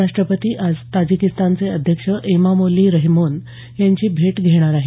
राष्ट्रपती आज ताजिकिस्तानचे अध्यक्ष एमामोली रहमोन यांची भेट घेणार आहेत